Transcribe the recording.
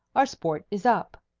our sport is up.